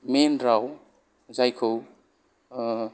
मेन राव जायखौ